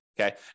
Okay